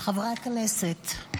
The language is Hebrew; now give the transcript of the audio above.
חברי הכנסת,